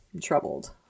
troubled